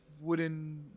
wooden